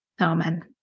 Amen